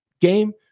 game